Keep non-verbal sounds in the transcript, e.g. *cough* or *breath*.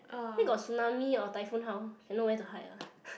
then got tsunami or typhoon how you know where to hide ah *breath*